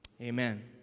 Amen